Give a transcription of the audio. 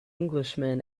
englishman